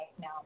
now